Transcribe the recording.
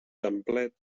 templet